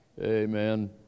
amen